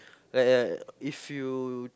like like if you